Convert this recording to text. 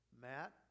Matt